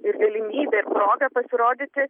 ir galimybė proga pasirodyti